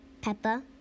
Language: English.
Peppa